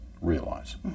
Realize